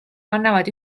annavad